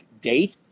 date